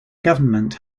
government